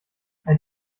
ein